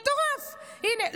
הינה,